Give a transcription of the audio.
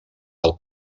del